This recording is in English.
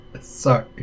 sorry